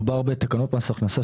מדובר בתקנות מס הכנסה,